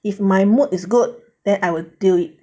if my mood is good then I will do it